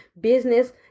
business